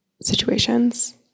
situations